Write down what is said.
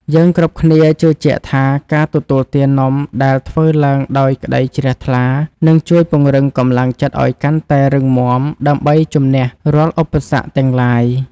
យើងគ្រប់គ្នាជឿជាក់ថាការទទួលទាននំដែលធ្វើឡើងដោយក្ដីជ្រះថ្លានឹងជួយពង្រឹងកម្លាំងចិត្តឱ្យកាន់តែរឹងមាំដើម្បីជម្នះរាល់ឧបសគ្គទាំងឡាយ។